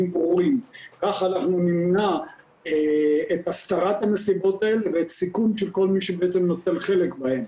כך נמנע את הסתרת המסיבות ואת הסיכון של כל מי שנוטל חלק בהן,